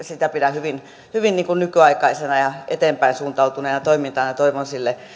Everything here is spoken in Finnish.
sitä pidän hyvin nykyaikaisena ja eteenpäin suuntautuneena toimintana ja toivon sille